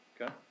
Okay